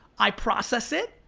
i process it,